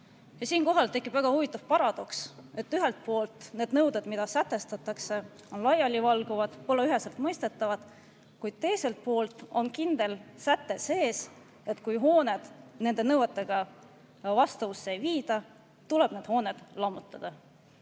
Siinkohal tekib väga huvitav paradoks. Ühelt poolt on need nõuded, mida sätestatakse, laialivalguvad, pole üheselt mõistetavad, kuid teiselt poolt on [eelnõus] sees kindel säte, et kui hooneid nende nõuetega vastavusse ei viida, tuleb need hooned lammutada.